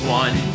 one